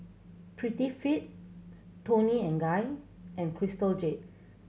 Prettyfit Toni and Guy and Crystal Jade